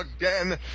again